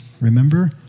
remember